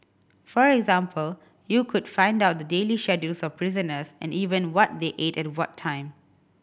for example you could find out the daily schedules of prisoners and even what they ate at what time